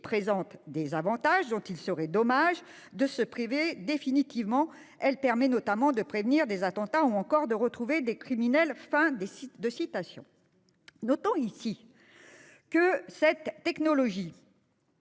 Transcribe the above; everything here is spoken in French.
présente des avantages dont il serait dommage de se priver définitivement. Elle permet notamment de prévenir des attentats ou encore de retrouver des criminels. » Notons-le, cette technologie